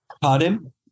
Pardon